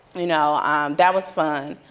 you know that was fun.